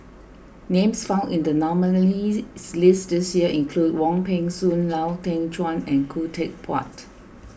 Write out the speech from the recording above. names found in the nominees' list this year include Wong Peng Soon Lau Teng Chuan and Khoo Teck Puat